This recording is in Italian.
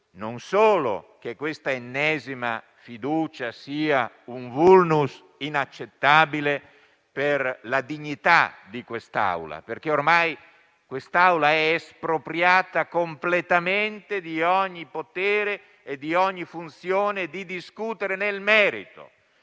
non solo che l'ennesima fiducia sia un *vulnus* inaccettabile per la dignità di quest'Aula, perché ormai è espropriata completamente di ogni potere e funzione di discutere nel merito.